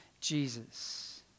Jesus